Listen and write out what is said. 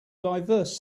diverse